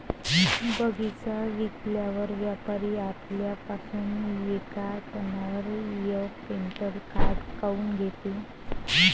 बगीचा विकल्यावर व्यापारी आपल्या पासुन येका टनावर यक क्विंटल काट काऊन घेते?